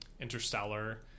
interstellar